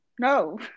No